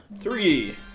Three